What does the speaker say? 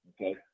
Okay